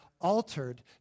altered